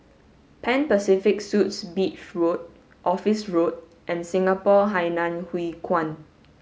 Pan Pacific Suites Beach Road Office Road and Singapore Hainan Hwee Kuan